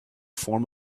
form